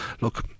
look